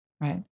right